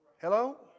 Hello